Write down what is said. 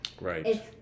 Right